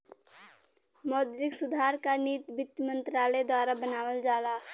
मौद्रिक सुधार क नीति वित्त मंत्रालय द्वारा बनावल जाला